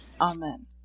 Amen